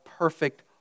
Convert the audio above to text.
perfect